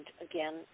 again